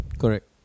Correct